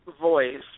voice